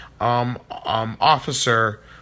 officer